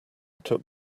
took